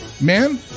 Man